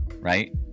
Right